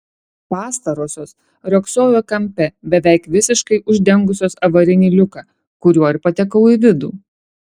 pastarosios riogsojo kampe beveik visiškai uždengusios avarinį liuką kuriuo ir patekau į vidų